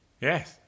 Yes